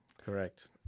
Correct